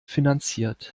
finanziert